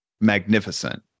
magnificent